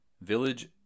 Village